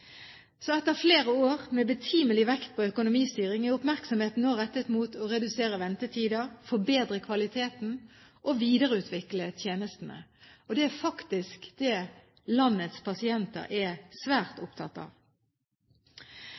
Så etter flere år med betimelig vekt på økonomistyring er oppmerksomheten nå rettet mot å redusere ventetider, forbedre kvaliteten og videreutvikle tjenestene. Og det er faktisk dét landets pasienter er svært opptatt av.